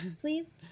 please